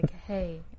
hey